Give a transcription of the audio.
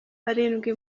barindwi